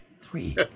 Three